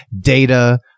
Data